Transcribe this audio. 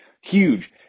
huge